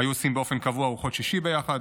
היו עושים באופן קבוע ארוחות שישי ביחד,